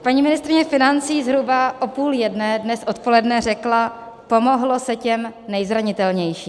Paní ministryně financí zhruba o půl jedné dnes odpoledne řekla: Pomohlo se těm nejzranitelnějším.